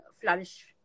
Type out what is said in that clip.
flourish